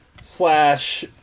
slash